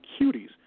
Cuties